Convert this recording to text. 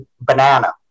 banana